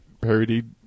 parodied